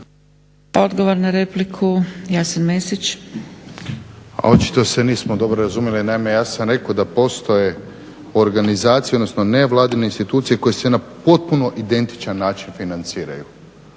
Mesić. **Mesić, Jasen (HDZ)** A očito se nismo dobro razumjeli. Naime, ja sam rekao da postoje organizacije, odnosno nevladine institucije koje se na potpuno identičan način financiraju.